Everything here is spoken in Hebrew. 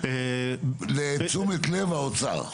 לתשומת לב האוצר.